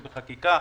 אם זה בחקיקה,